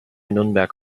nürnberg